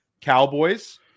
Cowboys